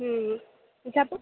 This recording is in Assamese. যাব